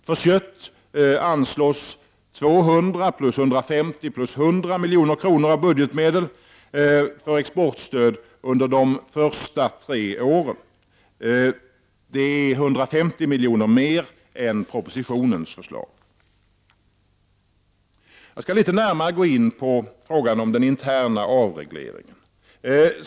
För kött anslås 200+150+100 milj.kr. av budgetmedel för exportsstöd under de tre första åren. Det är 150 milj.kr. mer än propositionens förslag. Jag skall litet närmare gå in på frågan om den interna avregleringen.